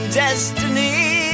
destiny